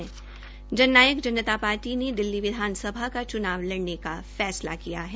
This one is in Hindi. जननायक जनता पार्टी ने दिल्ली विधानसभा का चुनाव लड़ने का फैसला किया है